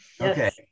Okay